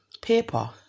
paper